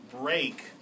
break